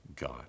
God